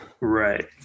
Right